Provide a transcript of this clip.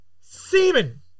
Semen